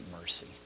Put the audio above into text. mercy